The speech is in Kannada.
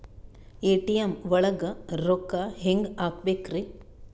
ಎ.ಟಿ.ಎಂ ಒಳಗ್ ರೊಕ್ಕ ಹೆಂಗ್ ಹ್ಹಾಕ್ಬೇಕ್ರಿ?